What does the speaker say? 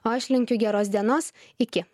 o aš linkiu geros dienos iki